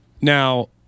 Now